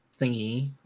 thingy